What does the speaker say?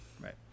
right